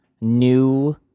new